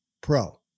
pro